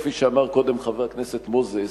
כפי שאמר קודם חבר הכנסת מוזס,